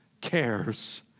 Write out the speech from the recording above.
cares